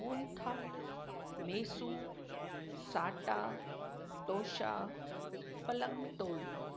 मोहनथाल मैसू साटा तोशा पलंग तोल